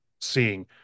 seeing